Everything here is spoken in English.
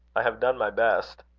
i have done my best.